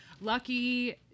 Lucky